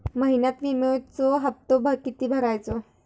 महिन्यात विम्याचो हप्तो किती भरायचो?